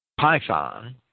python